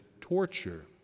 torture